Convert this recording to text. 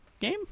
game